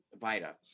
VITA